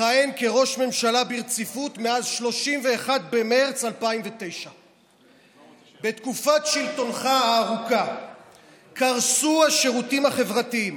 מכהן כראש ממשלה ברציפות מאז 31 במרץ 2009. בתקופת שלטונך הארוכה קרסו השירותים החברתיים,